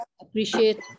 appreciate